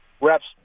reps